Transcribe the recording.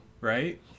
Right